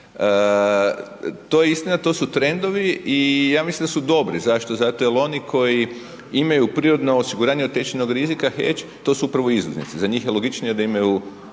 To je istina, to su trendovi i ja mislim da su dobri. Zašto? Zato jer oni koji imaju prirodna osiguranja od tečajnog rizika hedg to su upravo izvoznici za njih je logičnije da imaju